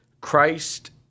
Christ